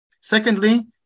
Secondly